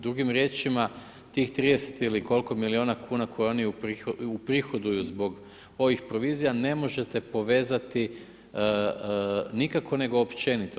Drugim riječima, tih 30 ili koliko milijuna kn koje oni uprihoduju zbog ovih provizija, ne možete povezati nikako nego općenito.